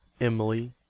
Emily